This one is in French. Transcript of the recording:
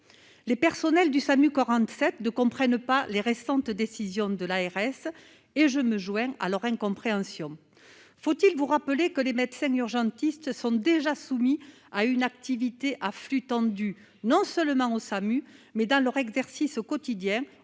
les personnels du SAMU 47 de comprennent pas les récentes décisions de l'ARS et je ne me joindre à leur incompréhension, faut-il vous rappeler que les bêtes saines urgentistes sont déjà soumis à une activité à flux tendu, non seulement au SAMU mais dans leur exercice au quotidien